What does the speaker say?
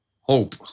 Hope